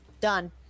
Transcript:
Done